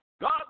God